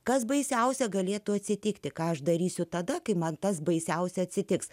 kas baisiausia galėtų atsitikti ką aš darysiu tada kai man tas baisiausia atsitiks